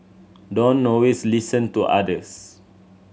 don't always listen to others